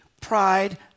pride